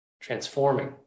transforming